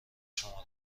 شما